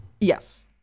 yes